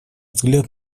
взгляд